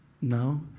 No